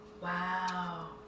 Wow